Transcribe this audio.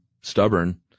stubborn